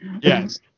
Yes